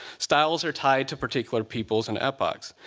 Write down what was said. styles are tied to particular peoples and epochs.